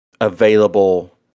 available